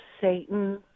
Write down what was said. Satan